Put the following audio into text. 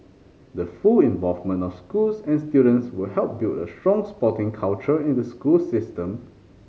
the full involvement of schools and students will help build a strong sporting culture in the school system